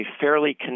fairly